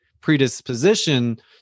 predisposition